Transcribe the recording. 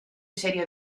serio